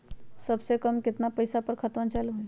सबसे कम केतना पईसा पर खतवन चालु होई?